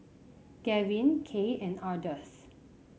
Gavyn Kaye and Ardeth